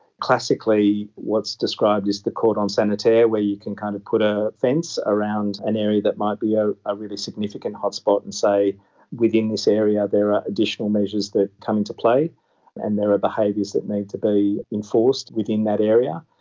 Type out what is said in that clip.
classically what's described as the cordon sanitaire where you can kind of put a fence around an area that might be ah a really significant hotspot and say within this area there are additional measures that come into play and there are behaviours that need to be enforced within that area.